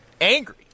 angry